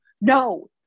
no